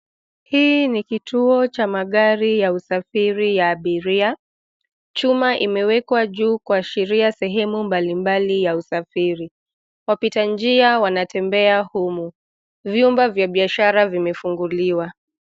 Hii ni kituo cha magari ya usafiri ya abiria. Chuma imewekwa juu kuashiria sehemu mbalimbali ya usafiri. Wapita njia wanatembea humu. Vyumba vya biashara vimefunguliwa.